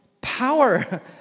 Power